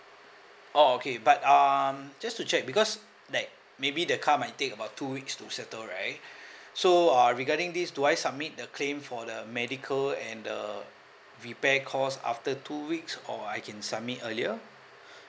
oh okay but um just to check because like maybe the car might take about two weeks to settle right so uh regarding this do I submit the claim for the medical and the repair cost after two weeks or I can submit earlier